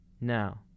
Now